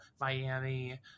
Miami